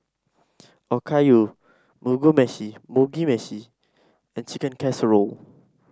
Okayu meshi Mugi Meshi and Chicken Casserole